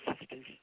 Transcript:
sisters